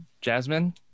Jasmine